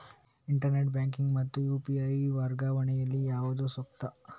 Internet banking ಮತ್ತು UPI ವರ್ಗಾವಣೆ ಯಲ್ಲಿ ಯಾವುದು ಸೂಕ್ತ?